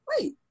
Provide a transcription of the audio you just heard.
wait